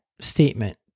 statement